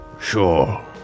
Sure